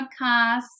podcast